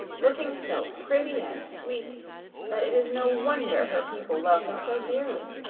looking so pretty and sweet that it is no wonder her people love her so dearly.